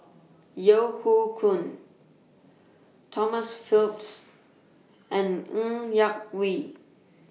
Yeo Hoe Koon Tom Phillips and Ng Yak Whee